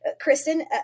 Kristen